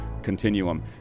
continuum